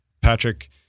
Patrick